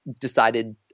decided